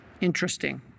Interesting